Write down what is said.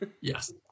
Yes